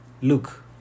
look